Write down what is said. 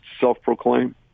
self-proclaimed